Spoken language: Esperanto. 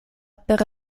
per